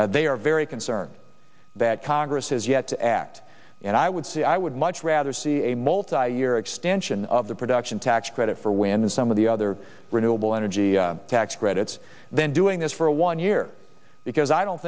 they are very concerned that congress has yet to act and i would say i would much rather see a multi year extension of the production tax credit for wind and some of the other renewable energy tax credits then doing this for a one year because i don't